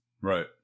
Right